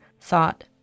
thought